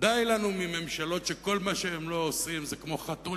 די לנו מממשלות שכל מה שהם לא עושים זה כמו חתול